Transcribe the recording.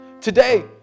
Today